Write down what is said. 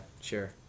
sure